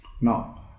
Now